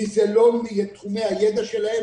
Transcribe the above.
כי זה לא מתחומי הידע שלהם.